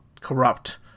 corrupt